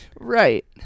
Right